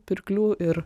pirklių ir